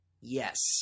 yes